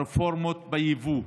הרפורמות ביבוא,